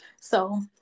So-